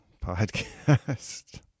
podcast